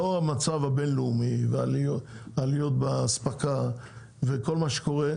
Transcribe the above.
לאור המצב הבין-לאומי והעליות באספקה וכל מה שקורה,